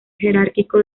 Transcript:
jerárquico